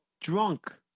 drunk